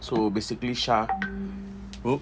so basically sya !oops!